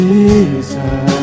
Jesus